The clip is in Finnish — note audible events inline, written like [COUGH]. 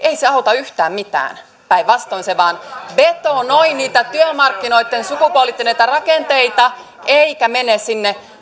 [UNINTELLIGIBLE] ei auta yhtään mitään päinvastoin se vain betonoi niitä työmarkkinoitten sukupuolittuneita rakenteita eikä mene sinne